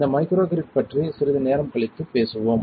இந்த மைக்ரோகிரிட் பற்றி சிறிது நேரம் கழித்து பேசுவோம்